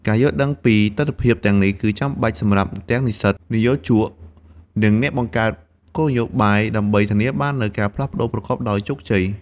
ការយល់ដឹងពីទិដ្ឋភាពទាំងនេះ គឺចាំបាច់សម្រាប់ទាំងនិស្សិត និយោជក និងអ្នកបង្កើតគោលនយោបាយ ដើម្បីធានាបាននូវការផ្លាស់ប្តូរប្រកបដោយជោគជ័យ។